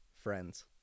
friends